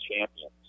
champions